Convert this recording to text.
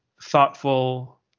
thoughtful